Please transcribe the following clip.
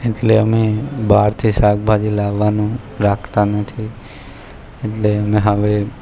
એટલે અમે બહારથી શાકભાજી લાવવાનું રાખતા નથી એટલે અમે હવે